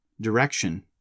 direction